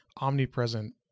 omnipresent